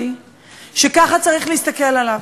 וככה צריך להסתכל עליו.